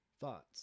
thoughts